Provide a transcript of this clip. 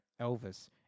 Elvis